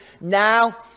now